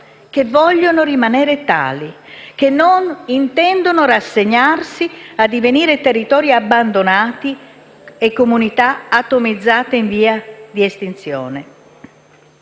che vogliono rimanere tali e non intendono rassegnarsi a divenire territori abbandonati e comunità atomizzate in via di estinzione.